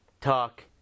talk